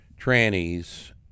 trannies